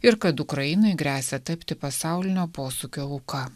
ir kad ukrainai gresia tapti pasaulinio posūkio auka